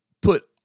put